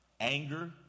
Anger